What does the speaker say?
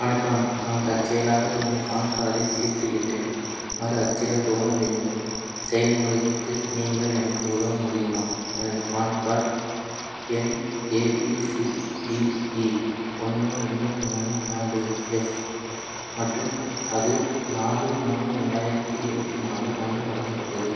வணக்கம் நான் தற்செயலாக எனது ஃபான் கார்டை கிழித்துவிட்டேன் மறு அச்சிடக் கோர வேண்டும் செயல்முறைக்கு நீங்கள் எனக்கு உதவ முடியுமா எனது ஃபான் கார்ட் எண் A B C D E ஒன்று ரெண்டு மூணு நாலு எஃப் மற்றும் அது நாலு மூணு ரெண்டாயிரத்தி இருபத்தி நாலு அன்று வழங்கப்பட்டது